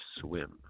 swim